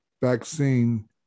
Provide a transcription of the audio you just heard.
vaccine